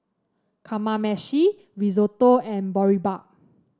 Kamameshi Risotto and Boribap